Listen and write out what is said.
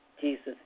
Jesus